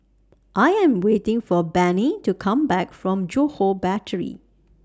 I Am waiting For Bennie to Come Back from Johore Battery